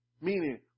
Meaning